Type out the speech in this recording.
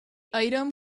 item